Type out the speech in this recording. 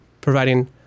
providing